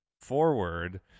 forward